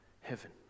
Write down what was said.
heaven